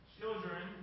Children